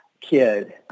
kid